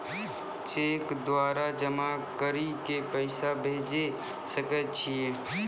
Cheque द्वारा जमा करि के पैसा भेजै सकय छियै?